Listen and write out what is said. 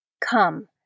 Come